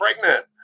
pregnant